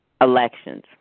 elections